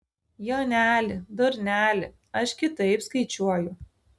joneli durneli aš kitaip skaičiuoju